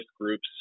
groups